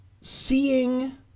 seeing